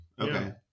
Okay